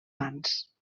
mans